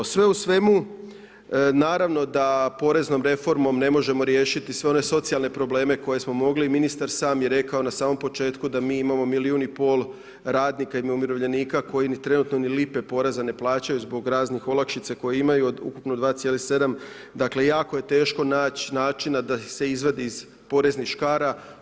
Sve u svemu, naravno da poreznom reformom ne možemo riješiti sve one socijalne probleme koje smo mogli i ministar sam je rekao na samom početku da mi imamo milijun i pol radnika, umirovljenika koji trenutno ni lipe poreza ne plaćaju zbog raznih olakšica koje imaju od ukupno 2,7. dakle jako je teško naći načina da ih se izvadi iz poreznih škara.